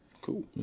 cool